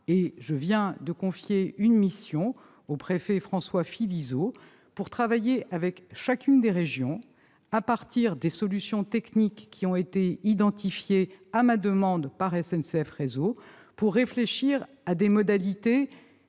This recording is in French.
Je viens de confier une mission au préfet François Philizot afin de travailler avec chacune des régions à partir des solutions techniques qui ont été identifiées à ma demande par SNCF Réseau pour réfléchir à des modalités